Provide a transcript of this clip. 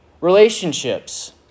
relationships